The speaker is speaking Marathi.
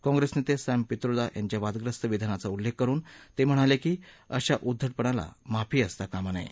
काँग्रेस नेते सॅम पित्रोदा यांच्या वादग्रस्त विधानाचा उल्लेख करुन ते म्हणाले की अशा उद्घटपणाला माफी असता कामा नये